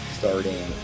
starting